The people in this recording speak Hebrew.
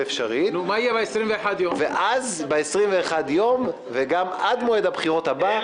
אבל אפשרית ואז ב-21 יום וגם עד מועד הבחירות הבא,